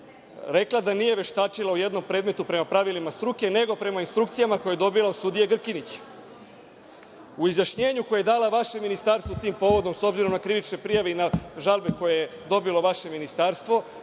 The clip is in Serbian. rekla da nije veštačila o jednom predmetu prema pravilima struke nego prema instrukcijama koje je dobila od sudije Grkinić.U izjašnjenju koje je dala vešem ministarstvu tim povodom, obzirom na krivične prijave i na žalbe koje je dobilo vaše ministarstvo,